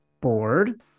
board